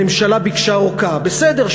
הממשלה ביקשה ארכה, בסדר.